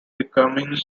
becoming